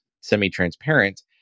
semi-transparent